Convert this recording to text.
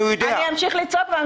אני אמשיך לצעוק.